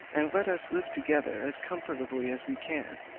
and let us live together as comfortably as we can.